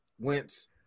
Wentz